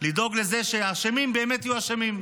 לדאוג לזה שהאשמים באמת יהיו אשמים,